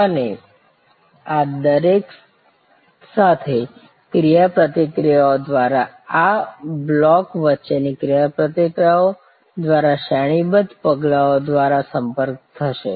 અને આ દરેક સાથે ક્રિયાપ્રતિક્રિયાઓ દ્વારા આ બ્લોક્સ વચ્ચેની ક્રિયાપ્રતિક્રિયાઓ દ્વારા શ્રેણીબદ્ધ પગલાઓ દ્વારા સંપર્ક થશે